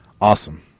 awesome